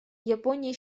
япония